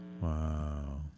Wow